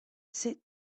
sit